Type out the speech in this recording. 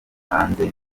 hanze